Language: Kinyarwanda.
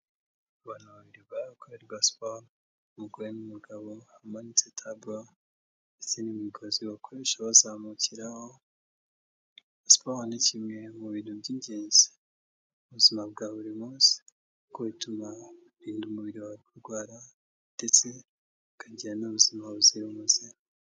Abantu babiri bari gukora siporo, ni umugore n'umugabo bamanitse table, ndetse n'imigozi bakoresha bazamukiraho. Siporo ni kimwe mu bintu by'ingenzi mu buzima bwa buri munsi, kuko bituma irinda umubiri wawe kurwara, ndetse ukagira n'ubuzima buzira umuze.